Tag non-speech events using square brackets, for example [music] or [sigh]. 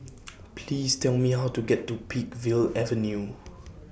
[noise] Please Tell Me How to get to Peakville Avenue